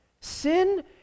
Sin